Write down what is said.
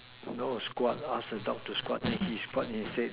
no squat ask the dog to squat then he squat his his face